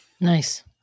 Nice